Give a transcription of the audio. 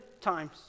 times